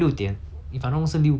the 一块半 ah